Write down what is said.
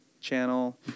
channel